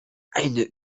eine